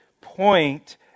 point